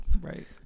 Right